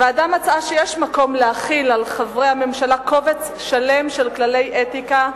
הוועדה מצאה שיש מקום להחיל על חברי הממשלה קובץ שלם של כללי אתיקה,